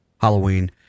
Halloween